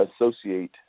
associate